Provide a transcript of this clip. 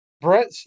Brett